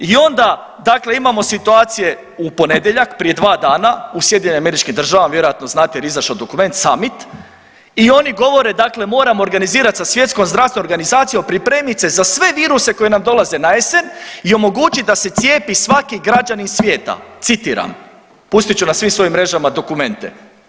I onda dakle imamo situacije u ponedjeljak prije dva dana u SAD-u vjerojatno znate jer je izašao dokument summit i oni govore „moramo organizirat sa Svjetskom zdravstvenom organizacijom pripremit se za sve viruse koje nam dolaze na jesen i omogućit da se cijepi svaki građanin svijeta“ citiram pustit ću na svim svojim mrežama dokumente.